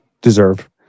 deserve